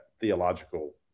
theological